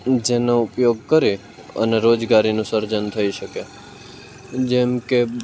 જેનો ઉપયોગ કરી અને રોજગારીનું સર્જન થઈ શકે જેમકે